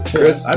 Chris